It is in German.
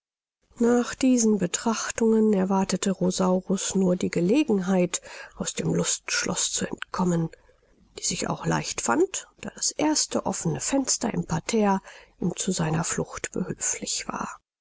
nach diesen betrachtungen erwartete rosaurus nur die gelegenheit aus dem lustschloß zu entkommen die sich auch leicht fand da das erste offene fenster im parterre ihm zu seiner flucht behülflich war